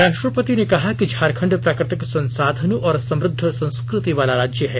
राष्ट्रपति ने कहा है कि झारखंड प्राकृतिक संसाधनों और समृद्ध संस्कृति वाला राज्य है